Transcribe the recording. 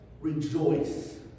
rejoice